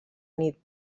nit